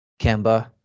Kemba